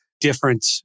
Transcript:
different